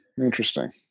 Interesting